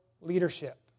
leadership